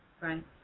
Right